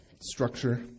structure